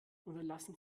unterlassen